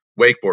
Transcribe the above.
wakeboard